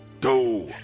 go!